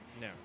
no